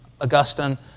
Augustine